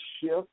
shift